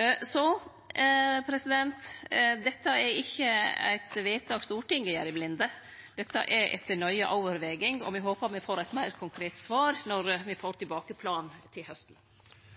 Dette er ikkje eit vedtak Stortinget gjer i blinde. Dette er etter nøye vurdering, og me håper at me får eit meir konkret svar når me får planen tilbake til hausten.